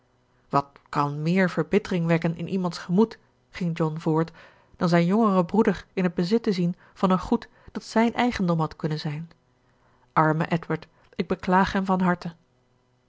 wat kan meer verbittering wekken in iemands gemoed ging john voort dan zijn jongeren broeder in t bezit te zien van een goed dat zijn eigendom had kunnen zijn arme edward ik beklaag hem van harte